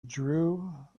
drew